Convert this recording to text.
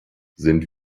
sind